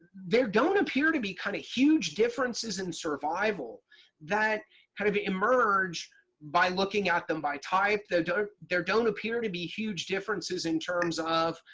there don't appear to be kind of huge differences in survival that kind of emerge by looking at them by type. there don't there don't appear to be huge differences in terms of,